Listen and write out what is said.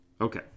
okay